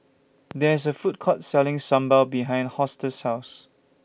There IS A Food Court Selling Sambal behind Hortense's House